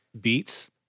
beats